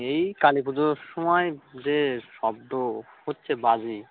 এই কালি পুজোর সময় যে শব্দ হচ্ছে বাজি